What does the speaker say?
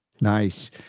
Nice